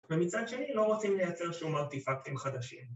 ומצד שני לא רוצים לייצר שום ארטיפקטים חדשים